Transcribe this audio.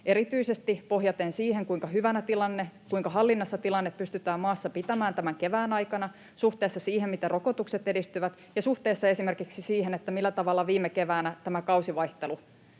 erityisesti pohjaten siihen, kuinka hyvänä, kuinka hallinnassa tilanne pystytään maassa pitämään tämän kevään aikana suhteessa siihen, miten rokotukset edistyvät, ja suhteessa esimerkiksi siihen, millä tavalla tämä kausivaihtelu